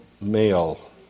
male